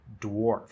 dwarf